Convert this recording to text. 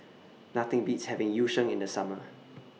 Nothing Beats having Yu Sheng in The Summer